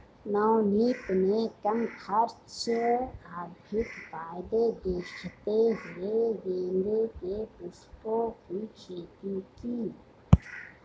नवनीत ने कम खर्च व अधिक फायदे देखते हुए गेंदे के पुष्पों की खेती की